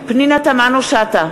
פנינה תמנו-שטה,